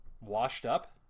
washed-up